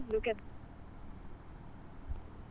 বেশি করে ধান ফলানোর পদ্ধতি?